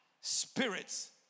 spirits